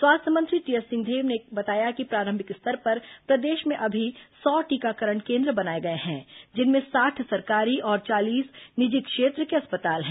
स्वास्थ्य मंत्री टीएस सिंहदेव ने बताया कि प्रारंभिक स्तर पर प्रदेश में अभी सौ टीकाकरण केन्द्र बनाए गए हैं जिनमें साठ सरकारी और चालीस निजी क्षेत्र के अस्पताल हैं